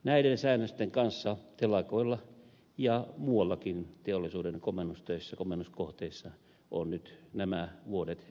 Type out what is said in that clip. näiden säännösten kanssa telakoilla ja muuallakin teollisuuden komennuskohteissa on nyt nämä vuodet eletty